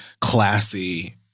classy